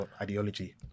ideology